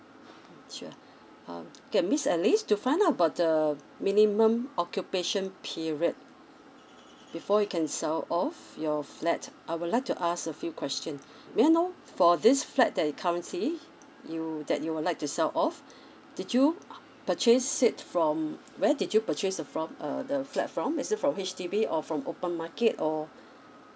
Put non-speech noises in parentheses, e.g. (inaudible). mm sure um okay miss alice to find out about the minimum occupation period before you can sell off your flat I would like to ask a few question may I know for this flat that you currently you that you would like to sell off did you (noise) purchase it from where did you purchase it from uh the flat from is it from H_D_B or from open market or